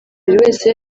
wese